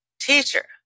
teacher